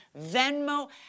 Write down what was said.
Venmo